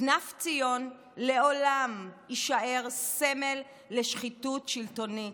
כנף ציון לעולם יישאר סמל לשחיתות שלטונית,